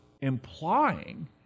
implying